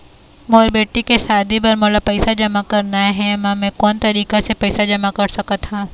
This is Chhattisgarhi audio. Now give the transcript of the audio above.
मोर बेटी के शादी बर मोला पैसा जमा करना हे, म मैं कोन तरीका से पैसा जमा कर सकत ह?